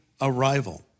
arrival